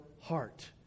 heart